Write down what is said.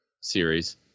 series